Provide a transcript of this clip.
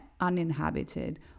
uninhabited